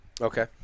Okay